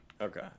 Okay